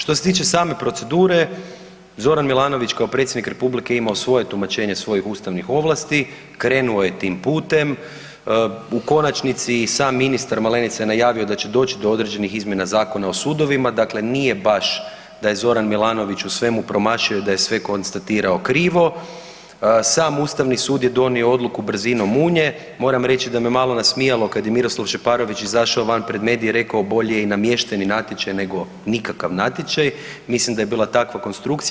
Što se tiče same procedure, Zoran Milanović je kao predsjednik republike imao svoje tumačenje svojih ustavnih ovlasti, krenuo je tim putem, u konačnici i sam ministar Malenica je najavio da će doći do određenih izmjena Zakona o sudovima, dakle nije baš da je Zoran Milanović u svemu promašio, da je sve donio krivo, sam Ustavni sud je donio odluku brzinom munje, moram reći da me malo nasmijalo kad je Miroslav Šeparović izašao van pred medije i rekao bolje i namješteni natječaj nego nikakav natječaj, mislim da je bila takva konstrukcija.